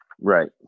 Right